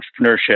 entrepreneurship